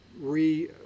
re